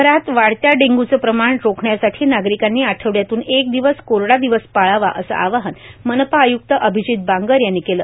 शहरात वाढत्या डेंग्यूचे प्रमाण रोखण्यासाठी नागरिकांनी आठवड्यातून एक दिवस कोरडा दिवस पाळावा असे आवाहन मनपा आयक्त अभिजीत बांगर यांनी केले